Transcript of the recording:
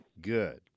Good